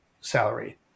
salary